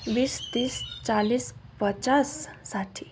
बिस तिस चालिस पचास साठी